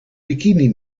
bikini